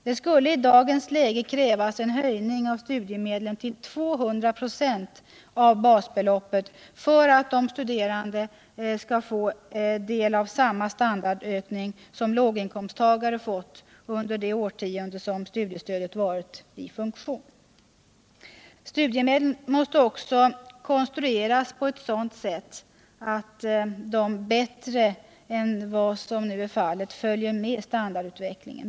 Det skulle i dagens läge krävas en höjning av studiemedlen till 200 26 av basbeloppet för att de studerande skall få del av samma standardökning som låginkomsttagare fått under det årtionde som studiestödet varit i funktion. Studiemedlen måste också konstrueras på ett sådant sätt att de bättre än vad som nu är fallet följer standardutvecklingen.